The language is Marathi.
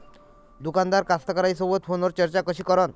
दुकानदार कास्तकाराइसोबत फोनवर चर्चा कशी करन?